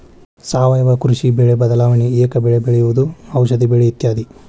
ಸಾವಯುವ ಕೃಷಿ, ಬೆಳೆ ಬದಲಾವಣೆ, ಏಕ ಬೆಳೆ ಬೆಳೆಯುವುದು, ಔಷದಿ ಬೆಳೆ ಇತ್ಯಾದಿ